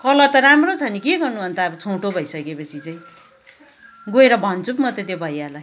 colour त राम्रो छ नि के गर्नु अन्त अब छोटो भइसके पछि चाहिँ गएर भन्छु पो म त त्यो भैयालाई